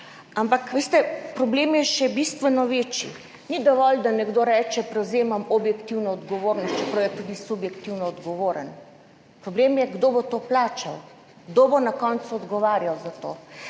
Ampak veste, problem je še bistveno večji. Ni dovolj, da nekdo reče, prevzemam objektivno odgovornost, čeprav je tudi subjektivno odgovoren, Problem je, kdo bo to plačal, kdo bo na koncu odgovarjal za to.